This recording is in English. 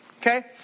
okay